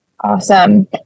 Awesome